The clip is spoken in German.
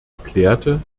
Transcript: erklärte